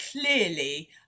clearly